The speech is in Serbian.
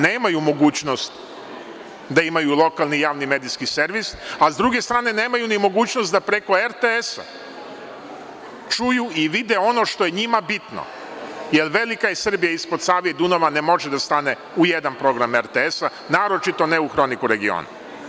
Nemaju mogućnost da imaju lokalni javni medijski servis, a sa druge strane nemaju ni mogućnost da preko RTS čuju i vide ono što je njima bitno, jer velika je Srbija ispod Save i Dunava ne može da stane u jedan program RTS, naročito ne u hroniku regiona.